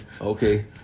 okay